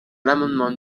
l’amendement